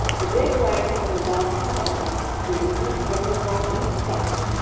the big wagon from the bobbsey farm, with the seats running along each side,